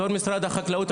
בתור משרד החקלאות,